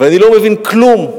ואני לא מבין כלום,